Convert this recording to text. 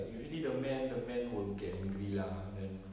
usually the man the man will get angry lah then